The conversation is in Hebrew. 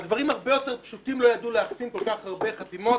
על דברים הרבה יותר פשוטים לא ידעו להחתים כל כך הרבה חתימות,